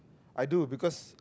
I do because